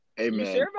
Amen